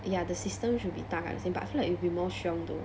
ya the system should be 大概 same but I feel like it will be more 凶 though